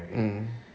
mm